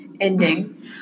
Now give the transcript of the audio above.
ending